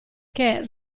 che